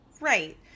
Right